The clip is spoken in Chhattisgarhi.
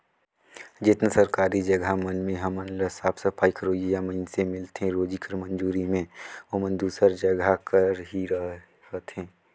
जेतना सरकारी जगहा मन में हमन ल साफ सफई करोइया मइनसे मिलथें रोजी कर मंजूरी में ओमन दूसर जगहा कर ही रहथें